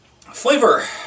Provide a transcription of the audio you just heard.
Flavor